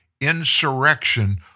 insurrection